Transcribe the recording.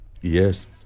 Yes